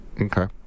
Okay